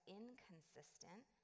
inconsistent